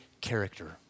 character